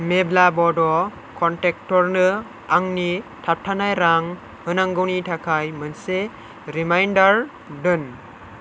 मेब्ला बड' कनट्रेक्टरनो आंनि थाबथानाय रां होनांगौनि थाखाय मोनसे रिमाइन्दार दोन